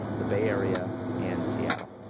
the bay area, and seattle.